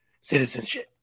citizenship